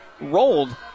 rolled